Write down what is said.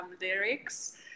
lyrics